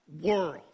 world